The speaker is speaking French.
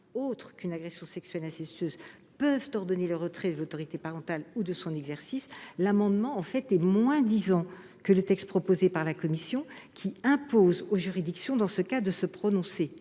autre qu'une agression sexuelle incestueuse, peuvent ordonner le retrait de l'autorité parentale ou de son exercice. Sur ce point, l'amendement est moins-disant que le texte de la commission, lequel impose aux juridictions, dans ce cas, de se prononcer